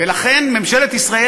ולכן ממשלת ישראל,